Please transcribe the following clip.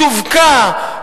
שווקה,